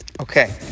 Okay